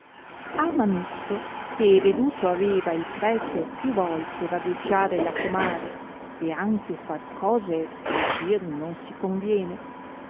a manusso che veduto aveva il prete più volte vagheggiare la comare e anche far cose che dir non si conviene